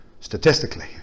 statistically